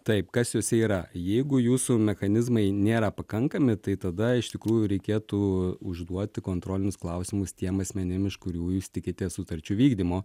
taip kas jose yra jeigu jūsų mechanizmai nėra pakankami tai tada iš tikrųjų reikėtų užduoti kontrolinius klausimus tiem asmenim iš kurių jūs tikitės sutarčių vykdymo